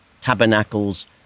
tabernacles